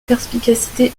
perspicacité